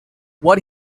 what